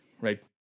right